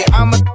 I'ma